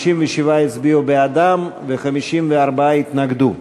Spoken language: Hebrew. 57 הצביעו בעדם ו-54 התנגדו.